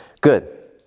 Good